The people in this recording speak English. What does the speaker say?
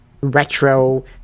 retro